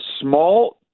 small